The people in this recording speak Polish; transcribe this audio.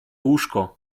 łóżko